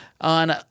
on